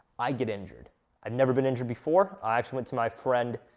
i get injured i've never been injured before i actually went to my friend,